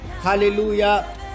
Hallelujah